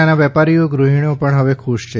નાના વેપારીઓ ગૃહિણીઓ પણ હવે ખુશ છે